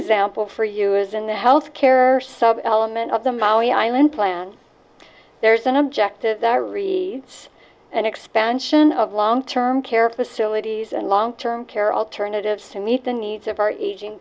example for you is in the health care sub aliment of the maui island plan there's an objective diary an expansion of long term care facilities and long term care alternatives to meet the needs of our aging